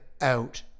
out